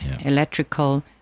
electrical